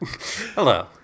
Hello